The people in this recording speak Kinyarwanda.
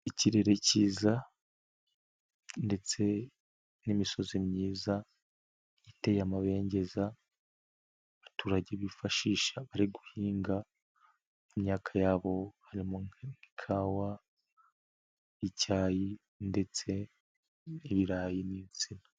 Ikirere cyiza ndetse n'imisozi myiza iteye amabengeza abaturage bifashisha bari guhinga imyaka yabo harimo nk'ikawa, icyayi ndetse ibirayi n'ibisina.